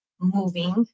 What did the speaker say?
moving